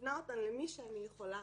מפנה אותן למי שאני יכולה